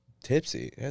tipsy